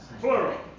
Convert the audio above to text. plural